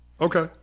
Okay